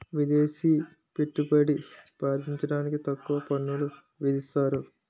విదేశీ పెట్టుబడి ప్రార్థించడానికి తక్కువ పన్నులు విధిస్తారు